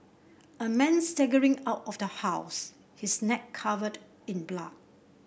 a man staggering out of the house his neck covered in blood